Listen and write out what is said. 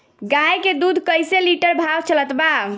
गाय के दूध कइसे लिटर भाव चलत बा?